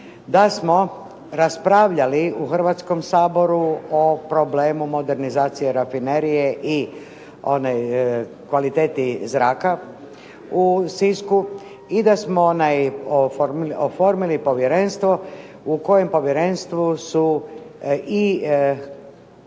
da smo raspravljali u Hrvatskom saboru o problemu modernizacije rafinerije i onoj kvaliteti zraka u Sisku i da smo oformili povjerenstvo u kojem povjerenstvu su i